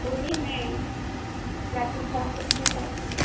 बोलिय जी मैं राजस्थान पत्रिका से हूँ